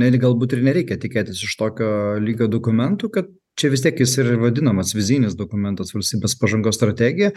net galbūt ir nereikia tikėtis iš tokio lygio dokumentų kad čia vis tiek jis ir vadinamas vizijinis dokumentas valstybės pažangos strategija